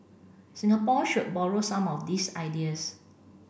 Singapore should borrow some of these ideas